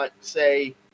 say